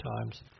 times